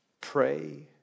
pray